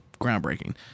groundbreaking